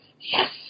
yes